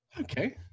Okay